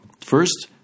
First